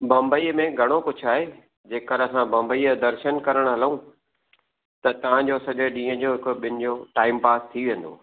बम्बईअ में घणो कुझु आहे जेकर असां बम्बईअ जो दर्शन करण हलऊं त तव्हां जो सॼे ॾींहं जो हिकु ॿिनि जो टाइम पास थी वेंदो